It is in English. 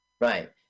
Right